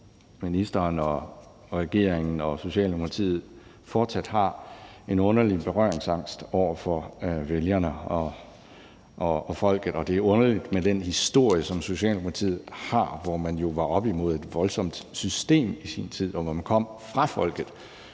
ministeren og regeringen og Socialdemokratiet fortsat har en underlig berøringsangst over for vælgerne og folket. Det er underligt med den historie, som Socialdemokratiet har, hvor man jo var oppe imod et voldsomt system i sin tid, og hvor man kom fra folket,